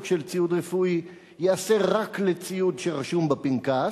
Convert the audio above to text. של ציוד רפואי ייעשו רק לציוד שרשום בפנקס,